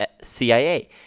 CIA